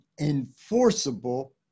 enforceable